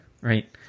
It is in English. right